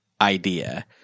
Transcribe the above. idea